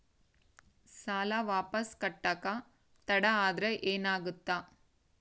ಸಾಲ ವಾಪಸ್ ಕಟ್ಟಕ ತಡ ಆದ್ರ ಏನಾಗುತ್ತ?